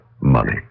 money